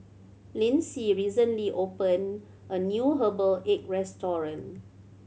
Lyndsey recently opened a new herbal egg restaurant